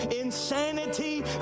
insanity